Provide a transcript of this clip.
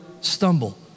stumble